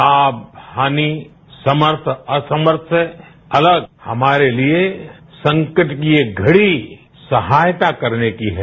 लाभ हानि समर्थ असमर्थ से अलग हमारे लिये संकट की ये घड़ी सहायता करने की है